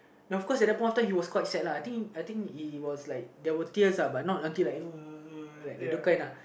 of course at that point of time he was quite sad lah I think I think he was like there was tears lah but not like like those kind lah